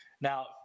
Now